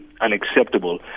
unacceptable